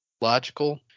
logical